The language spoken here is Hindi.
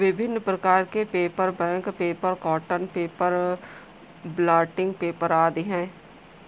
विभिन्न प्रकार के paper, bank paper, cotton paper, blotting paper आदि हैं